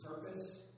purpose